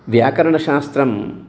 व्याकरणशास्त्रम्